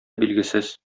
билгесез